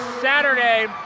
Saturday